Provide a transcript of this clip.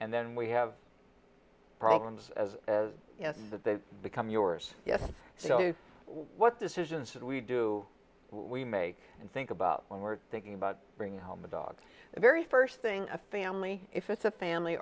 and then we have problems as yes that they've become yours yes so what decisions and we do we make and think about when we're thinking about bringing home a dog the very first thing a family if it's a family